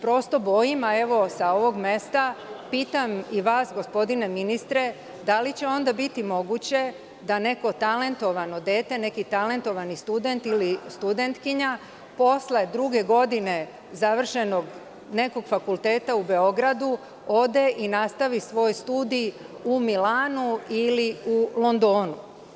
Prosto se bojim, a sa ovog mesta pitam i vas, gospodine ministre, da li će onda biti moguće da neko talentovano dete, neki talentovani student ili studentkinja, posle druge godine završenog nekog fakulteta u Beogradu, ode i nastavi svoje studije u Milanu ili u Londonu?